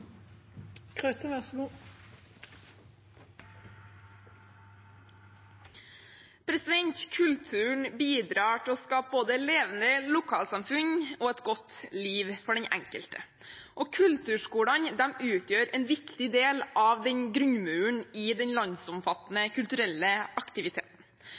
Kulturen bidrar til å skape både levende lokalsamfunn og et godt liv for den enkelte. Kulturskolene utgjør en viktig del av grunnmuren i den landsomfattende kulturelle aktiviteten,